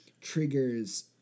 triggers